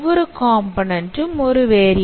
ஒவ்வொரு காம்போநன்ண்ட் ம் ஒரு மாறி